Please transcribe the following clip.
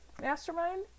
mastermind